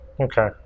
Okay